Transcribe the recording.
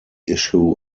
issue